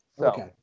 Okay